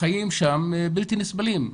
החיים שם בלתי נסבלים.